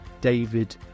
David